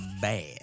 bad